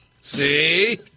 See